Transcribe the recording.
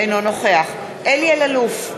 אינו נוכח אלי אלאלוף,